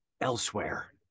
elsewhere